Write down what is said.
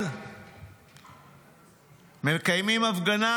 מקיים הפגנה